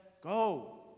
go